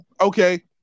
Okay